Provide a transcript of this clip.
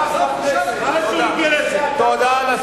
תודה.